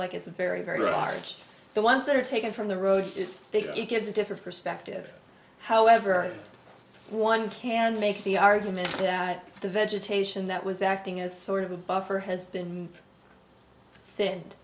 like it's a very very large the ones that are taken from the road is big it gives a different perspective however one can make the argument that the vegetation that was acting as sort of a buffer has been